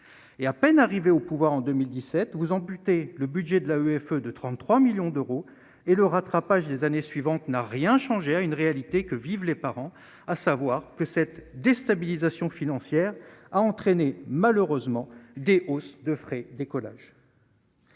et à peine arrivé au pouvoir en 2017 vous amputer le budget de la EFE de 33 millions d'euros et le rattrapage des années suivantes, n'a rien changé à une réalité que vivent les parents, à savoir que cette déstabilisation financière a entraîné malheureusement des hausses de frais décollage.